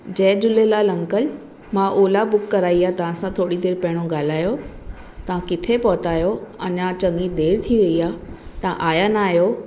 जय Jhulelal uncle मां Ola book कराई आहे तव्हांसां थोरी देरि पहिरियां ॻाल्हायो तव्हां किथे पहुता आहियो अञा चङी देरि थी वेई आहे तव्हां आया नाहियो